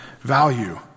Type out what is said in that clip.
value